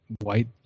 white